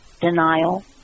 denial